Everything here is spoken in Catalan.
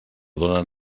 donen